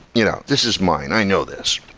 you know this is mine. i know this,